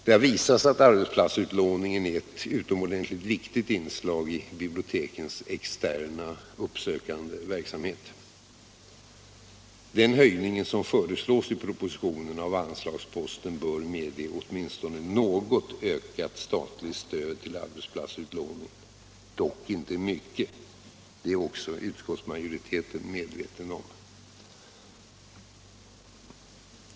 Det har visat sig att arbetsplatsutlåningen är ett utomordentligt viktigt inslag i bibliotekens externa, uppsökande verksamhet. Den höjning som föreslås i propositionen av anslagsposten bör medge åtminstone något utökat statligt stöd till arbetsplatsutlåningen — dock inte mycket, det är också utskottsmajoriteten medveten om.